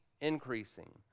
increasing